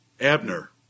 Abner